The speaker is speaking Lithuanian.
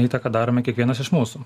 įtaką darome kiekvienas iš mūsų